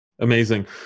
Amazing